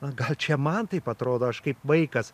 na gal čia man taip atrodo aš kaip vaikas